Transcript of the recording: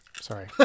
Sorry